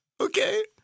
Okay